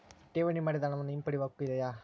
ಠೇವಣಿ ಮಾಡಿದ ಹಣವನ್ನು ಹಿಂಪಡೆಯವ ಹಕ್ಕು ಇದೆಯಾ?